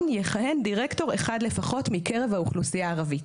יכהן דירקטור אחד לפחות מקרב האוכלוסייה הערבית.